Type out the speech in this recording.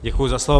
Děkuji za slovo.